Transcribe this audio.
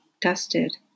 dusted